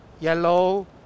yellow